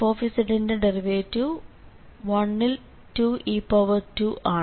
fz ന്റെ derivative 1 ൽ 2e2 ആണ്